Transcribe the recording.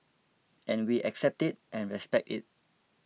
and we accept it and respect it